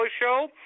Show